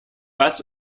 bass